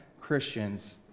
Christians